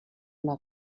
una